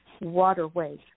waterways